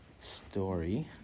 story